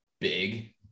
big